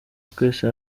twese